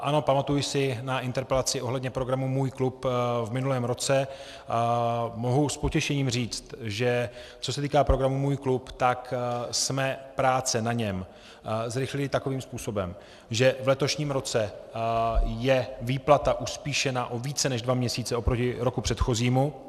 Ano, pamatuji si na interpelaci ohledně programu Můj klub v minulém roce a mohu s potěšením říct, že co se týká programu Můj klub, tak jsme práce na něm zrychlili takovým způsobem, že v letošním roce je výplata uspíšena o více než dva měsíce oproti roku předchozímu.